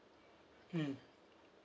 mm